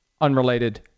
unrelated